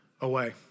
away